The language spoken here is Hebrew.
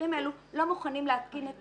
המכשירים האלו, לא מוכנים להתקין את